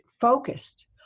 focused